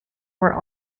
were